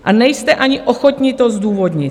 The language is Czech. A nejste ani ochotni to zdůvodnit.